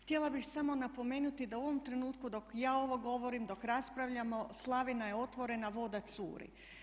Htjela bih samo napomenuti da u ovom trenutku dok ja ovo govorim, dok raspravljamo slavina je otvorena, voda curi.